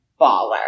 baller